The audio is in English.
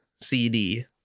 CD